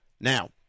Now